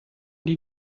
die